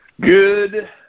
Good